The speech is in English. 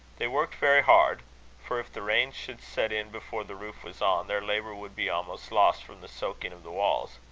they worked very hard for if the rain should set in before the roof was on, their labour would be almost lost from the soaking of the walls.